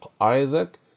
Isaac